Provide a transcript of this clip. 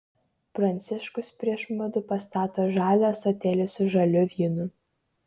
pranciškus prieš mudu pastato žalią ąsotėlį su žaliu vynu